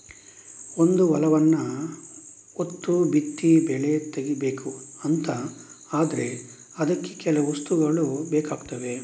ಒಂದು ಹೊಲವನ್ನ ಉತ್ತು ಬಿತ್ತಿ ಬೆಳೆ ತೆಗೀಬೇಕು ಅಂತ ಆದ್ರೆ ಅದಕ್ಕೆ ಕೆಲವು ವಸ್ತುಗಳು ಬೇಕಾಗ್ತವೆ